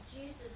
Jesus